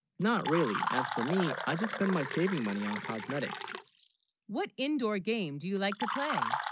not really as for me i just spend, my saving money on cosmetics what indoor game do you like to play,